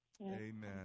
Amen